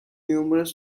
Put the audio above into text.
numerous